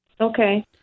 Okay